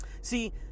See